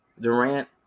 Durant